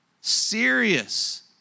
Serious